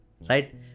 right